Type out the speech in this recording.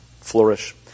flourish